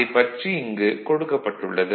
அதைப் பற்றி இங்கு கொடுக்கப்பட்டுள்ளது